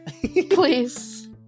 Please